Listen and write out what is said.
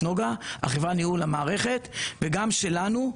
נגה חברת ניהול המערכת וגם שלנו.